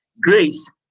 grace